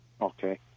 Okay